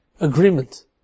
agreement